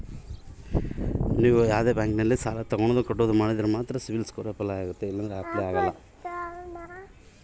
ನನ್ನ ಹೆಸರಲ್ಲಿ ಯಾವ ಬ್ಯಾಂಕಿನಲ್ಲೂ ಸಾಲ ಇಲ್ಲ ಹಿಂಗಿದ್ದಾಗ ನನ್ನ ಸಿಬಿಲ್ ಸ್ಕೋರ್ ಯಾಕೆ ಕ್ವಾಲಿಫೈ ಆಗುತ್ತಿಲ್ಲ?